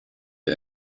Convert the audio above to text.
der